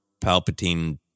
Palpatine